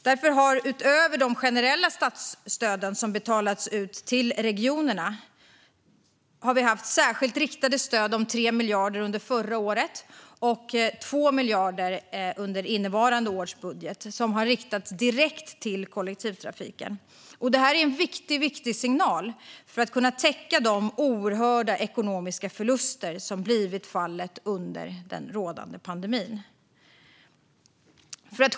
Därför har utöver de generella statsstöd som betalats ut till regionerna också särskilt riktade stöd om 3 miljarder under förra året och 2 miljarder under innevarande år betalats ut direkt till kollektivtrafiken. Det är en mycket viktig signal för att täcka de oerhört stora ekonomiska förlusterna under rådande pandemi.